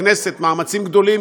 בכנסת מאמצים גדולים,